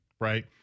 right